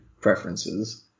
preferences